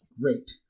Great